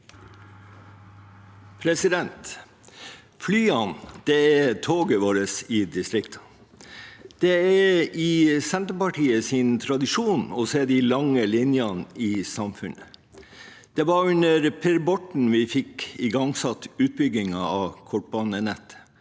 Flyene er to- get vårt i distriktene. Det er i Senterpartiets tradisjon å se de lange linjene i samfunnet. Det var under Per Borten vi fikk igangsatt utbyggingen av kortbanenettet,